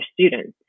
students